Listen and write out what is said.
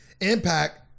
impact